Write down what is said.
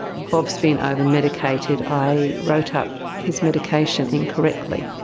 bob's been overmedicated. i wrote up his medication incorrectly.